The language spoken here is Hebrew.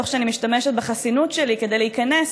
תוך שאני משתמשת בחסינות שלי כדי להיכנס,